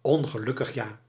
ongelukkig ja